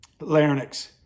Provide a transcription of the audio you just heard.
larynx